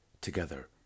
Together